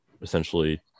essentially